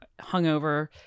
hungover